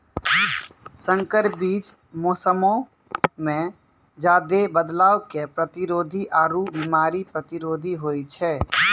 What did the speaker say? संकर बीज मौसमो मे ज्यादे बदलाव के प्रतिरोधी आरु बिमारी प्रतिरोधी होय छै